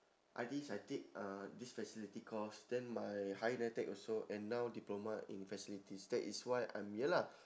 I_T_Es I take uh this facility course then my higher NITEC also and now diploma in facilities that is why I'm here lah